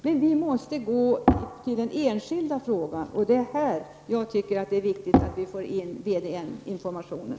Men vi måste gå till den enskilda frågan, och det är i detta sammanhang som jag tycker att det är viktigt att vi får in VDN-informationen.